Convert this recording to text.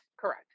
Correct